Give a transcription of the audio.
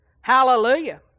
Hallelujah